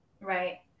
Right